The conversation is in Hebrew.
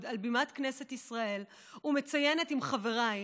על בימת כנסת ישראל ומציינת עם חבריי